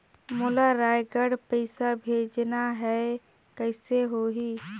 मोला रायगढ़ पइसा भेजना हैं, कइसे होही?